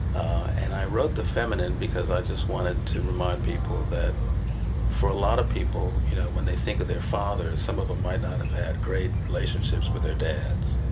and i wrote the feminine because i just wanted to remind people that for a lot of people, you know, when they think of their fathers, some of them might not have had great relationships with their dads.